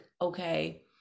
okay